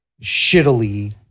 shittily